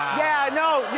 yeah, no, yeah,